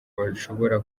bashobora